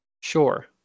sure